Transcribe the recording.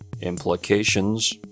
Implications